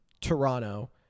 Toronto